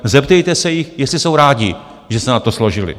Zeptejte se jich, jestli jsou rádi, že se na to složili.